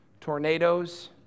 tornadoes